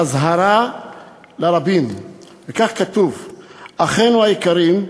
אזהרה לרבים, וכך כתוב: אחינו היקרים,